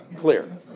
clear